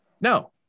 No